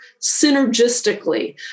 synergistically